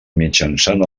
mitjançant